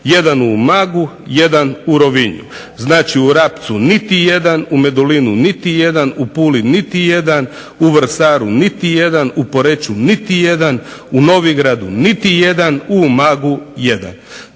jedan u Umagu jedan u Rovinju. Znači u Rapcu niti jedan, u Medulinu niti jedan, u Puli niti jedan, u VRsaru niti jedan, u Poreču niti jedan, u Novigradu niti jedan u Umagu jedan.